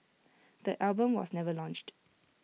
the album was never launched